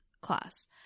class